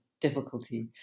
difficulty